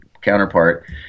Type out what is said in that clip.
counterpart